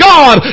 God